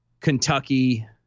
Kentucky